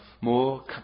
more